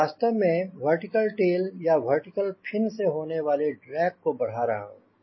तब वास्तव में मैं वर्टिकल टेल या वर्टिकल फिन से होने वाले ड्रैग को बढ़ा रहा हूँ